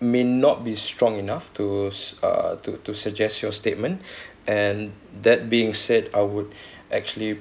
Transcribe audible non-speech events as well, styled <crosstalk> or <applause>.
may not be strong enough to uh to to suggest your statement <breath> and that being said I would actually